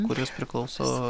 kuris priklauso